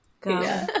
go